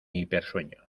hipersueño